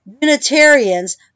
Unitarians